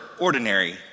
ordinary